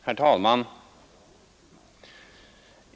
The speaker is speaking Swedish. Herr talman!